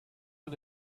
you